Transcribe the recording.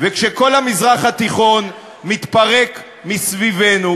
וכשכל המזרח התיכון מתפרק מסביבנו,